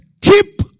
keep